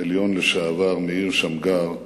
העליון לשעבר מאיר שמגר,